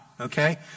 okay